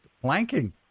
planking